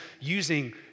using